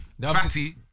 Fatty